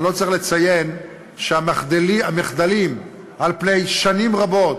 אני לא צריך לציין שהמחדלים על-פני שנים רבות